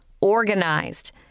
Organized